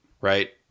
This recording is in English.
Right